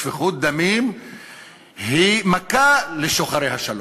שפיכות דמים היא מכה לשוחרי השלום.